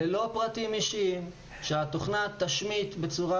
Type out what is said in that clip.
ללא פרטים אישיים שהתוכנה תשמיט בצורה